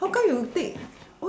how come you take